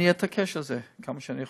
אני אתעקש על זה כמה שאני יכול,